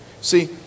See